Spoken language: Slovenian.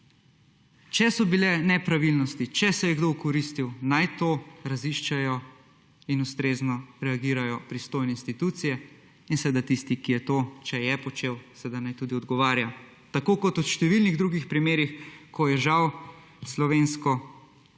Če so bile nepravilnosti, če se je kdo okoristil, naj to raziščejo in ustrezno reagirajo pristojne institucije in seveda tisti, ki je to, če je počel, seveda naj tudi odgovarja. Tako kot v številnih drugih primerih, ko je žal slovensko